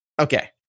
okay